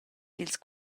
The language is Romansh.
dils